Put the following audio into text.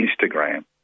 Instagram